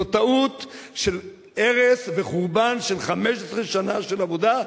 זאת טעות של הרס וחורבן של 15 שנה של עבודה,